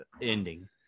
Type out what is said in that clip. ending